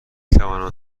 توانم